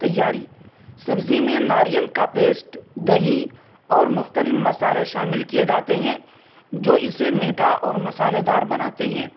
تیاری سبزی میں ناریل کا پیسٹ دہی اور مختلف مصالحے شامل کیے جاتے ہیں جو اسے میٹھا اور مصالحہ دار بناتے ہیں